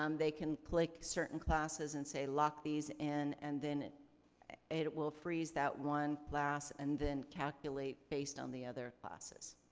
um they can click certain classes and say, lock these in, and then it it will freeze that one class and then calculate based on the other classes.